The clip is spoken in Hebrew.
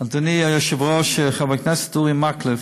אדוני היושב-ראש, חבר הכנסת אורי מקלב,